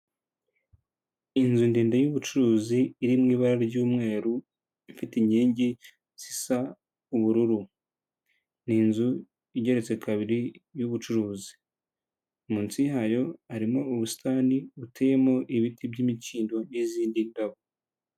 Inzu ndende y'ubucuruzi iri mu ibara ry'umweru ifite inkingi zisa ubururu, ni inzu igeretse kabiri y'ubucuruzi, munsi yayo harimo ubusitani buteyemo ibiti by'imikindo n'izindi ndabo.